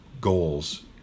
goals